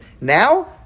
Now